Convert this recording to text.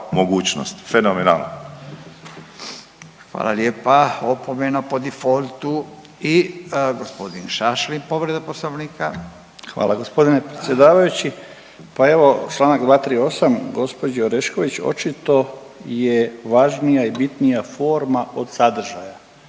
Hvala lijepa. Opomena po defaultu. I gospodin Šašlin povreda Poslovnika. **Šašlin, Stipan (HDZ)** Hvala gospodine predsjedavajući. Pa evo Članak 238., gospođi Orešković očito je važnija i bitnija forma od sadržaja.